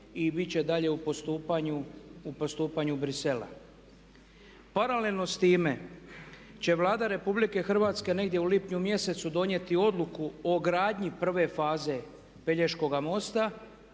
i biti će dalje u postupanju Brisela. Paralelno s time će Vlada RH negdje u lipnju mjesecu donijeti odluku o gradnji prve faze Pelješkoga mosta